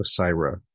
Osira